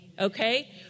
Okay